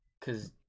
Cause